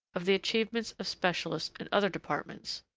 of the achievements of specialists in other departments.